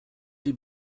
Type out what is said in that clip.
die